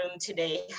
today